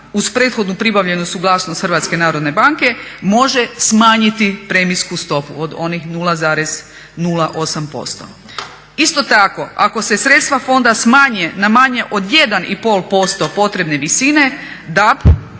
uz prethodno pribavljenu suglasnost HNB-a može smanjiti premijsku stopu od onih 0,08%. Isto tako ako se sredstva fonda smanje na manje od 1,5% potrebne visine DAB